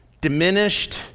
diminished